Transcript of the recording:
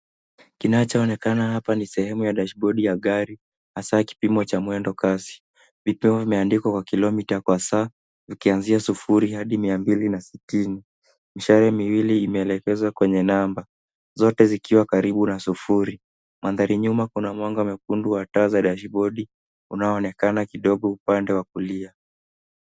Kinachoonekana hapa ni sehemu ya dashbodi ya gari, haswa kipimo cha mwendo kasi. Vipeo vimeandikwa kwa kilomita kwa saa, vikianzia sufuri hadi mia mbili na sitini. Mishale miwili imeelekezwa kwenye namba. Zote zikiwa karibu na sufuri. Mandhari nyuma kuna mwanga mwekundu wa taa za dashbodi, unaoonekana kidogo upande wa kulia.